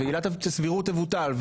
ועילת הסבירות תבוטל,